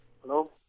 Hello